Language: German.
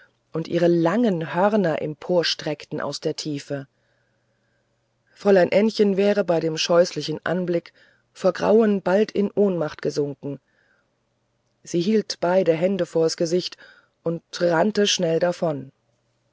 und ihre langen hörner emporstreckten aus der tiefe fräulein ännchen wäre bei dem scheußlichen anblick vor grauen bald in ohnmacht gesunken sie hielt beide hände vors gesicht und rannte schnell davon